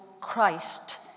Christ